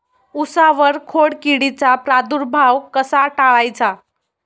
उसावर खोडकिडीचा प्रादुर्भाव कसा टाळायचा?